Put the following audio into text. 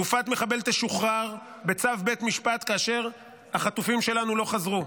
גופת מחבל תשוחרר בצו בית משפט כאשר החטופים שלנו לא חזרו.